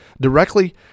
directly